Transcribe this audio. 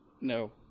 no